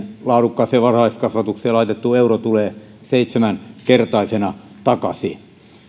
laadukkaaseen varhaiskasvatukseen laitettu euro tulee seitsemänkertaisena takaisin